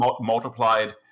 multiplied